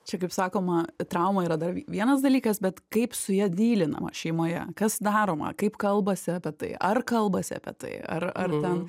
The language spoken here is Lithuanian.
čia kaip sakoma trauma yra dar vienas dalykas bet kaip su ja dylinama šeimoje kas daroma kaip kalbasi apie tai ar kalbasi apie tai ar ar ten